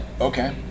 Okay